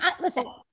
listen